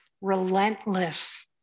relentless